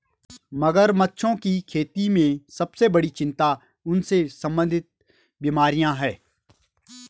मगरमच्छों की खेती में सबसे बड़ी चिंता उनसे संबंधित बीमारियां हैं?